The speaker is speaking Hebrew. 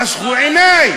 חשכו עיני.